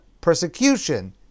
persecution